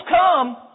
come